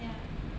ya